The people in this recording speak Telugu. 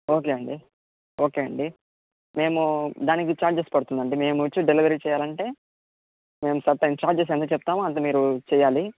ఓకే అండి ఓకే అండి మేము దానికి చార్జెస్ పడుతుందండి మేము వచ్చి డెలివరీ చేయాలంటే మేము సర్టెన్ చార్జెస్ ఆనేది చెప్తాము అంత మీరు చేయాలి